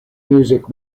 music